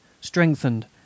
strengthened